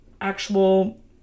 actual